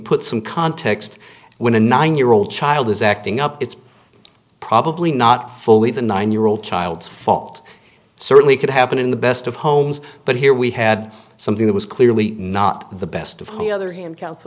put some context when a nine year old child is acting up it's probably not fully the nine year old child's fault certainly could happen in the best of homes but here we had something that was clearly not the best of her other hand count